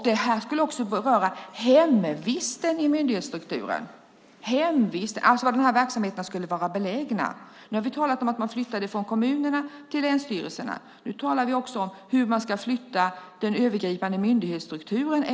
Detta skulle också beröra hemvisten i myndighetsstrukturen, alltså var dessa verksamheter skulle vara belägna. Nu har vi talat om att man flyttar dem från kommunerna till länsstyrelserna, men det talas också om hur man eventuellt ska flytta den övergripande myndighetsstrukturen.